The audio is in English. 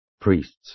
Priests